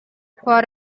for